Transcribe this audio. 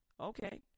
okay